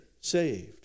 saved